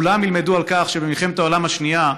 וכולם ילמדו על כך שבמלחמת העולם השנייה,